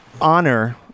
honor